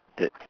the